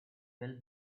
well